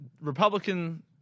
Republican